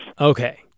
Okay